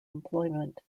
employment